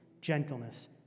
gentleness